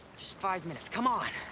just five minutes, come on.